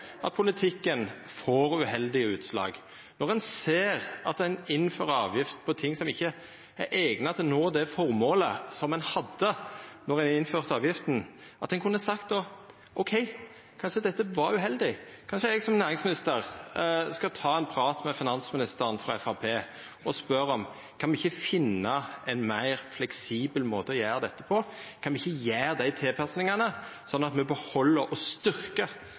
at politikken fekk uheldige utslag, når ein såg at det å innføra avgift på ting ikkje er eigna til å nå det formålet ein hadde då ein innførte avgifta, at ein kunne ha sagt: Ok, kanskje dette var uheldig, kanskje eg som næringsminister skal ta ein prat med finansministeren frå Framstegspartiet og spørja ho om vi ikkje kan finna ein meir fleksibel måte å gjera dette på, og om vi ikkje kan gjera dei tilpassingane, slik at vi beheld og